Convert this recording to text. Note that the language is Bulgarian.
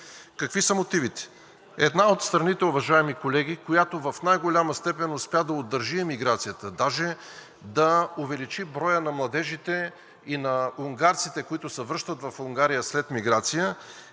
Какви са мотивите? Една от страните, уважаеми колеги, която в най-голяма степен успя да удържи емиграцията, даже да увеличи броя на младежите и на унгарците, които се връщат в Унгария след миграция,